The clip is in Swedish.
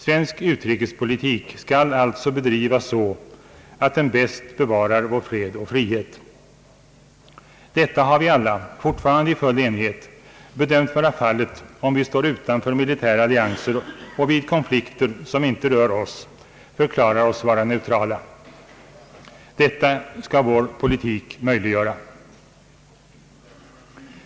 Svensk utrikespolitik skall bedrivas så, att den bäst bevarar vår fred och frihet. Detta har vi alla, fortfarande i full enighet, bedömt vara fallet om vi står utanför militära allianser och vid konflikter, som inte rör oss, förklarar oss vara neutrala. Detta skall vår politik möjliggöra.